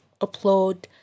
upload